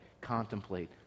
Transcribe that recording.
contemplate